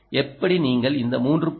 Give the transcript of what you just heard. எப்படி நீங்கள் இந்த 3